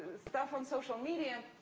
stuff on social media.